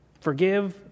Forgive